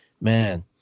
man